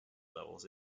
levels